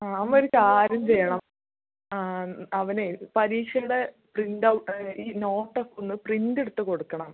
അമ്മ ഒരു കാര്യം ചെയ്യണം ആ അവന് പരീക്ഷയുടെ പ്രിൻറ്റവു ഈ നോട്ട് ഒക്കെ ഒന്ന് പ്രിൻ്റെടുത്ത് കൊടുക്കണം